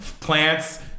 plants